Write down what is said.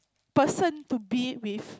person to be with